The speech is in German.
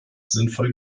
sinnvoll